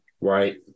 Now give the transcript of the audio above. Right